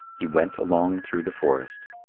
he went along through the forest.